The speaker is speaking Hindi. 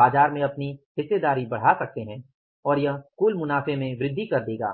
बाजार में अपनी हिस्सेदारी बढ़ा सकते हैं और यह कुल मुनाफे में वृद्धि कर देगा